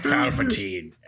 Palpatine